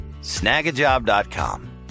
Snagajob.com